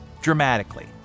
dramatically